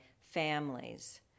families